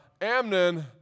Amnon